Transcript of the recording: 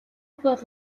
бол